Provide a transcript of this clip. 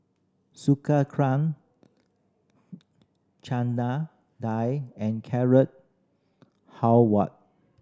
Chana Dal and Carrot Halwa